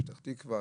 בפתח תקווה,